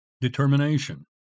determination